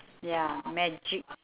ya magic